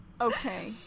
okay